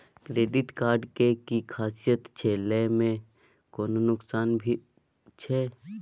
Credit card के कि खासियत छै, लय में कोनो नुकसान भी छै?